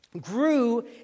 grew